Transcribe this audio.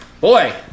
boy